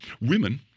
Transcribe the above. Women